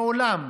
מעולם.